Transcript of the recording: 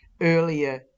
earlier